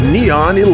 Neon